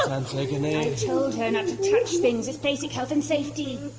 um antigone to touch things! it's basic health and safety!